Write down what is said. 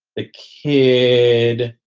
the kid,